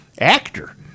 actor